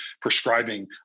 prescribing